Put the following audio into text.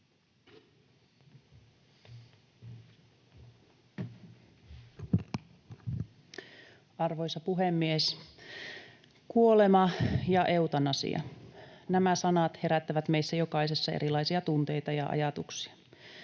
Arvoisa puhemies! Kuolema ja eutanasia — nämä sanat herättävät meissä jokaisessa erilaisia tunteita ja ajatuksia.